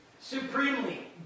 Supremely